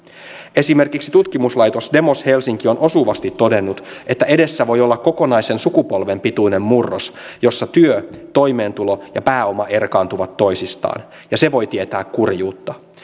esimerkiksi tutkimuslaitos demos helsinki on osuvasti todennut että edessä voi olla kokonaisen sukupolven pituinen murros jossa työ toimeentulo ja pääoma erkaantuvat toisistaan ja se voi tietää kurjuutta